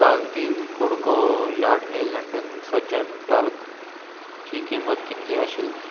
काल तीन कु़डको यार्डले लंडन सज्जन टॅल्कची किंमत कितली आशिल्ली